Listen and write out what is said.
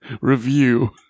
review